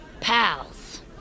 Pals